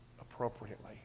appropriately